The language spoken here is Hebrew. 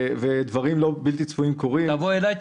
ודברים בלתי צפויים קורים --- תבוא אליי,